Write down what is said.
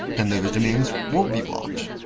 then those domains won't be blocked.